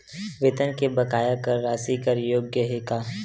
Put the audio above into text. वेतन के बकाया कर राशि कर योग्य हे का?